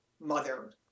mother